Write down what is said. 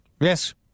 Yes